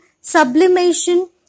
sublimation